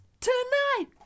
Tonight